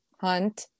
hunt